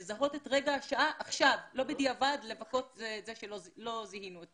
לזהות את רגע השעה עכשיו ולא בדיעבד ולבכות על כך שלא זיהינו את